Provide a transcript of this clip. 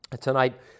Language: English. tonight